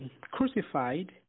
crucified